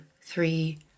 three